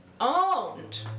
owned